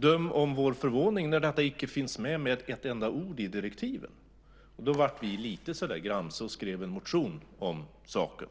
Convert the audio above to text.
Döm om vår förvåning när detta icke var nämnt med ett enda ord i direktiven. Då blev vi lite gramse och skrev en motion om saken.